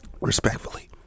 Respectfully